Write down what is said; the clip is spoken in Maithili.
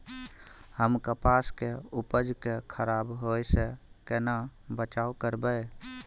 हम कपास के उपज के खराब होय से केना बचाव करबै?